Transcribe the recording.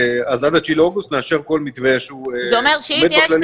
אז עד ה-9 באוגוסט נאשר כל מתווה שעומד בכללים